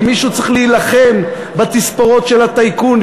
כי מישהו צריך להילחם בתספורות של הטייקונים.